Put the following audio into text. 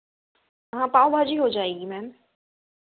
हाँ पाव भाजी हो जाएगी मैम